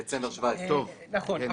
דצמבר 2017. נכון.